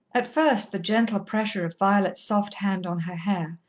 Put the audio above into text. at first the gentle pressure of violet's soft hand on her hair,